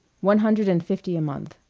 one hundred and fifty a month.